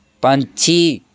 ਪੰਛੀ